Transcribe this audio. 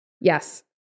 Yes